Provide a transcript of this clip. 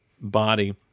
body